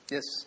Yes